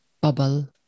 bubble